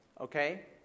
Okay